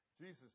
Jesus